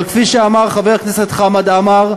אבל כפי שאמר חבר הכנסת חמד עמאר,